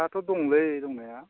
हायाथ' दंलै दंनाया